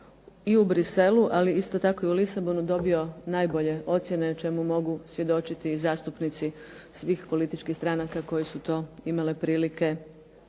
i u Bruxellesu, ali isto tako i Lisabonu dobio najbolje ocjene čemu mogu svjedočiti i zastupnici svih političkih stranaka koji su to imale prilike